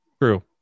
True